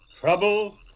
Trouble